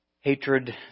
hatred